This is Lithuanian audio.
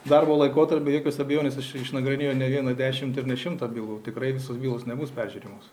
darbo laikotarpį be jokios abejonės iš išnagrinėjo ne vieną dešimt ir ne šimtą bylų tikrai visos bylos nebus peržiūrimos